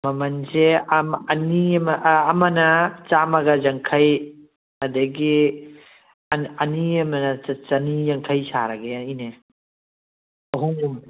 ꯃꯃꯟꯁꯦ ꯑꯃ ꯑꯅꯤ ꯑꯃ ꯑꯃꯅ ꯆꯥꯝꯃꯒ ꯌꯥꯡꯈꯩ ꯑꯗꯒꯤ ꯑꯅꯤ ꯑꯃꯅ ꯆꯅꯤ ꯌꯥꯡꯈꯩ ꯁꯥꯔꯒꯦ ꯏꯅꯦ